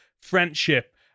friendship